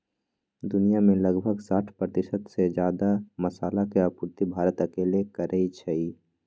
दुनिया में लगभग साठ परतिशत से जादा मसाला के आपूर्ति भारत अकेले करई छई